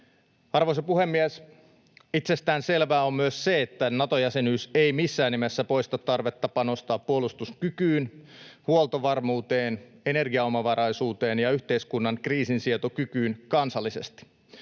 Arvoisa puhemies! Itsestäänselvää on myös se, että Nato-jäsenyys ei missään nimessä poista tarvetta panostaa puolustuskykyyn, huoltovarmuuteen, energiaomavaraisuuteen ja yhteiskunnan kriisinsietokykyyn kansallisesti.